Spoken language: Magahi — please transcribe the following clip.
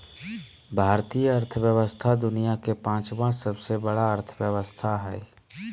भारतीय अर्थव्यवस्था दुनिया के पाँचवा सबसे बड़ा अर्थव्यवस्था हय